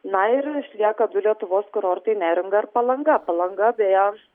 na ir išlieka du lietuvos kurortai neringa ir palanga palanga beje